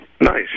Nice